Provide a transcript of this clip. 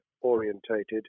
orientated